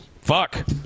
Fuck